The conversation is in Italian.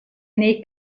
nei